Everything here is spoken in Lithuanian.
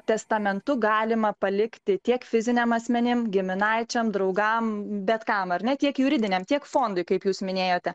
testamentu galima palikti tiek fiziniam asmenims giminaičiams draugams bet kam ar ne tiek juridiniam tiek fondui kaip jūs minėjote